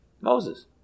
Moses